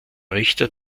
richter